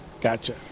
Gotcha